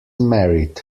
married